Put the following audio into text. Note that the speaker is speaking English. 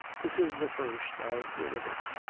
this is the first i hear of it.